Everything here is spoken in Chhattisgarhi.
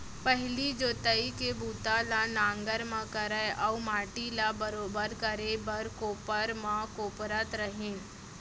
पहिली जोतई के बूता ल नांगर म करय अउ माटी ल बरोबर करे बर कोपर म कोपरत रहिन